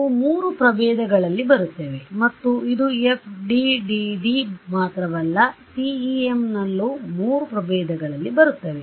ಅವು ಮೂರು ಪ್ರಭೇದಗಳಲ್ಲಿ ಬರುತ್ತವೆ ಮತ್ತು ಇದು FDTD ಮಾತ್ರವಲ್ಲ CEMಲ್ಲೂ ಮೂರು ಪ್ರಭೇದಗಳಲ್ಲಿ ಬರುತ್ತವೆ